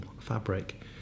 fabric